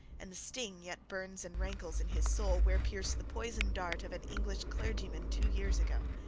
and the sting yet burns and rankles in his soul where pierced the poisoned dart of an english clergyman two years ago.